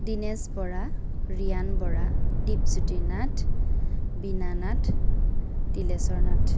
Dinesh Bora Rian Bora Dipjyoti Nath Bina Nath Tileswar Nath